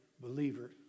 believer